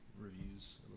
reviews